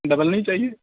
double نہیں چاہیے